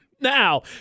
Now